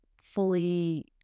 fully